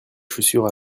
chaussures